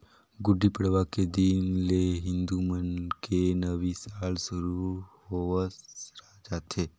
गुड़ी पड़वा के दिन ले हिंदू मन के नवी साल सुरू होवस जाथे